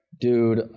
Dude